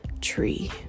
tree